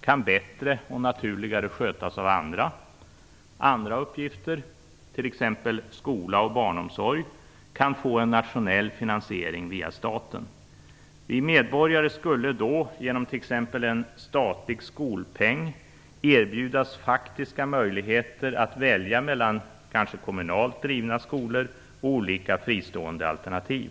kan bättre och naturligare skötas av andra. Andra uppgifter, t.ex. skola och barnomsorg, kan få en nationell finansiering via staten. Vi medborgare skulle då, genom t.ex. en statlig skolpeng, erbjudas faktiska möjligheter att välja mellan kommunalt drivna skolor och olika fristående alternativ.